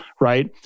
right